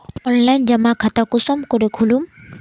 Online जमा खाता कुंसम करे खोलूम?